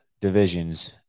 divisions